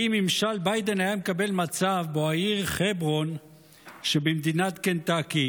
האם ממשל ביידן היה מקבל מצב שבו העיר חברון שבמדינת קנטקי